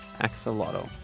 Axolotl